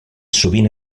sovint